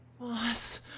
Boss